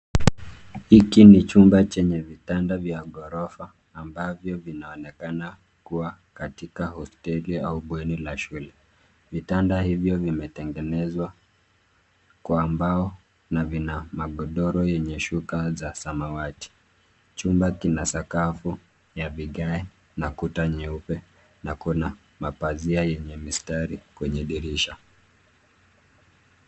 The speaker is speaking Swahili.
Hiki ni chumba chenye vitanda vya ghorofa ambavyo vinaonekana kuwa katika hoteli au bweni la shule. Vitanda hivyo vimetengenezwa kwa mbao na vina magodoro yenye shuka za samawati. Chumba kina sakafu ya vigae na kuta nyeupe na kuna mapazia yenye mistari kwenye dirisha.